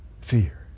fear